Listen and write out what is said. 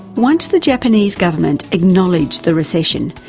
once the japanese government acknowledged the recession,